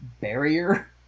barrier